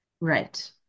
Right